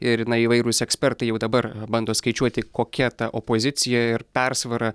ir na įvairūs ekspertai jau dabar bando skaičiuoti kokia ta opozicija ir persvara